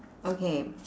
okay